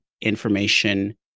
information